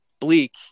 bleak